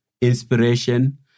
inspiration